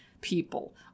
people